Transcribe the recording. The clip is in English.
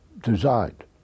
designed